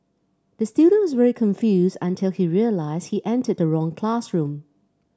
the student was very confused until he realised he entered the wrong classroom